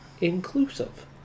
inclusive